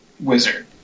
wizard